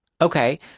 Okay